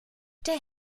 der